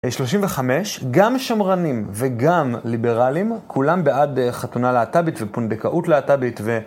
35, גם שמרנים וגם ליברלים, כולם בעד חתונה להט"בית ופונדקאות להט"בית ו...